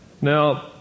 now